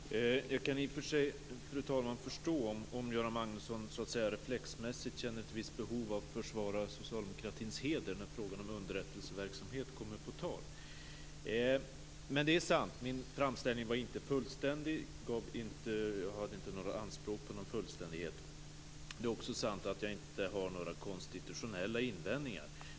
Fru talman! Jag kan i och för sig förstå om Göran Magnusson reflexmässigt känner ett visst behov av att försvara socialdemokratins heder när frågan om underrättelseverksamhet kommer på tal. Det är sant att min framställning inte var fullständig. Jag hade inte några anspråk på någon fullständighet. Det är också sant att jag inte har några konstitutionella invändningar.